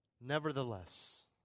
Nevertheless